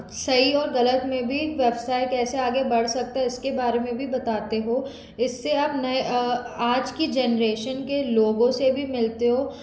सही और गलत में भी व्यवसाय कैसे आगे बढ़ सकता है इसके बारे में भी बताते हो इससे आप नए आज की जेनरेशन के लोगों से भी मिलते हो